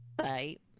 Right